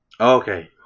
Okay